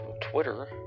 Twitter